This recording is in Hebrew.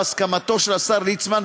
בהסכמתו של השר ליצמן,